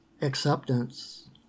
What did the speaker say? acceptance